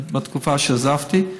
בתקופה שעזבתי,